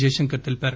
జైశంకర్ తెలిపారు